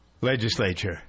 legislature